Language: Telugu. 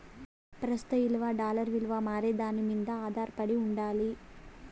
ప్రస్తుత ఇలువ డాలర్ ఇలువ మారేదాని మింద ఆదారపడి ఉండాలి